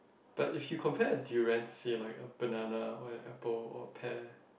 but if you compare a durian say like a banana or an apple or pair